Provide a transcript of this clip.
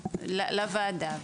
לוועדה,